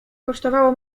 kosztowało